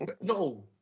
No